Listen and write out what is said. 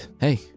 Hey